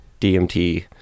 dmt